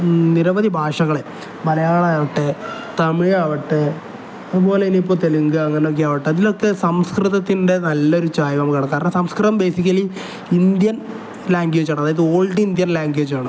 നിരവധി ഭാഷകളെ മലയാളം ആവട്ടെ തമിഴാവട്ടെ അതുപോലെ ഇനി ഇപ്പോൾ തെലുങ്ക് അങ്ങനെയൊക്കെ ആവട്ടെ അതിലൊക്കെ സംസ്കൃതത്തിൻ്റെ നല്ലൊരു ചായ്വ് കാണണം കാരണം സംസ്കൃതം ബേസിക്കലി ഇന്ത്യൻ ലാംഗ്വേജാണ് അതായത് ഓൾഡ് ഇന്ത്യൻ ലാംഗ്വേജാണ്